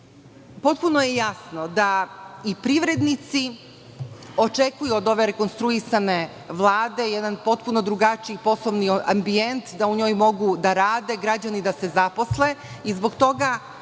sebe. Potpuno je jasno da i privrednici očekuju od ove rekonstruisane Vlade jedan potpuno drugačiji poslovni ambijent, da u njoj mogu da rade, građani da se zaposle i zbog toga